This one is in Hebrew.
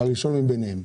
הראשון מביניהם.